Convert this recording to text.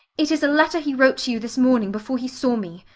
it is a letter he wrote to you this morning, before he saw me.